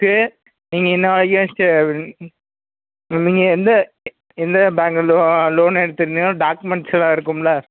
book இனி என்ன நீங்கள் எந்த எந்த பேங்கில் லோ லோன் எடுத்திருந்தீங்கன்னு டாக்குமெண்ட்ஸு எல்லாம் இருக்கும்லை